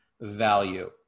value